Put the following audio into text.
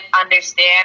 understand